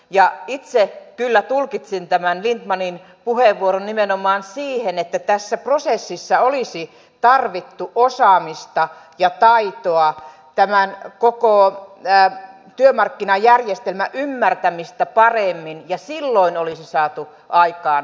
ja itse kyllä tulkitsin tämän lindtmanin puheenvuoron nimenomaan siten että tässä prosessissa olisi tarvittu osaamista ja taitoa tämän koko työmarkkinajärjestelmän ymmärtämistä paremmin ja silloin olisi saatu aikaan sopimus